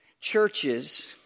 churches